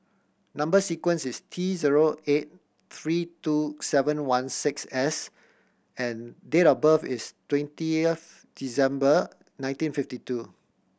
number sequence is T zero eight three two seven one six S and date of birth is twentieth December nineteen fifty two